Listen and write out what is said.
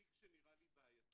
תיק שנראה לי בעייתי,